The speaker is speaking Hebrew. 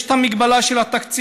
יש את המגבלה של התקציב.